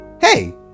Hey